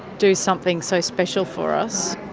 do something so special for us,